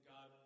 God